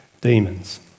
demons